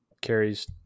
carries